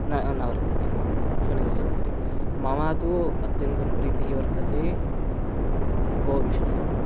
न न वर्तते शुनकस्य उपरि ममा तु अत्यन्तं प्रीतिः वर्तते गौः विषये